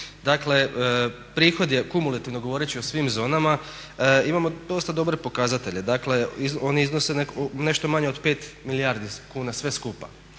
dakle prihod je kumulativno govoreći o svim zonama imao dosta dobre pokazatelje. Dakle, oni iznose nešto manje od 5 milijardi kuna sve skupa.